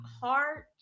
Heart